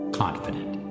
confident